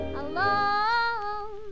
alone